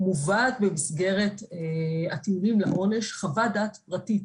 מובאת במסגרת עתירים לעונש חוות דעת פרטית